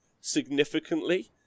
significantly